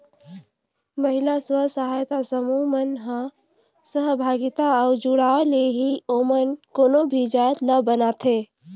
महिला स्व सहायता समूह मन ह सहभागिता अउ जुड़ाव ले ही ओमन कोनो भी जाएत ल बनाथे